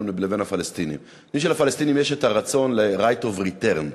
לבין הפלסטינים: כפי שלפלסטינים יש הרצון ל-right of return,